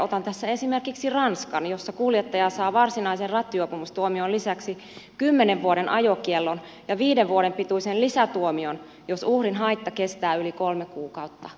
otan tässä esimerkiksi ranskan jossa kuljettaja saa varsinaisen rattijuopumustuomion lisäksi kymmenen vuoden ajokiellon ja sitten viiden vuoden pituisen lisätuomion jos uhrin haitta kestää yli kolme kuukautta